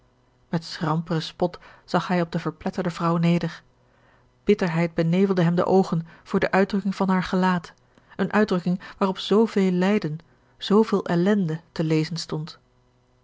met schramperen spot zag hij op de verpletterde vrouw neder bitterheid benevelde hem de oogen voor de uitdrukking van haar gelaat eene uitdrukking waarop zooveel lijden zooveel ellende te lezen stond